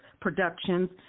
Productions